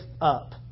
up